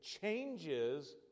changes